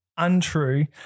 untrue